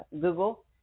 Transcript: Google